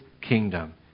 kingdom